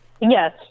Yes